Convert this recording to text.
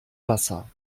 wasser